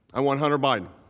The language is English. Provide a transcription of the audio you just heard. i want hunter biden.